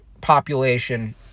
population